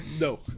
No